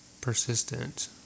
persistent